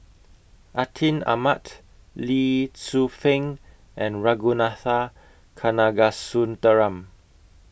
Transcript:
Atin Amat Lee Tzu Pheng and Ragunathar Kanagasuntheram